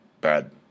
bad